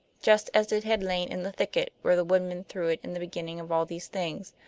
just as it had lain in the thicket where the woodman threw it in the beginning of all these things.